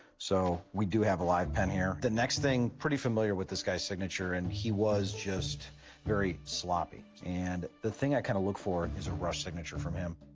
so we do have a live pen here. the next thing, pretty familiar with this guy's signature. and he was just very sloppy. and the thing i kind of look for is a rushed signature from him.